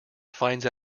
finds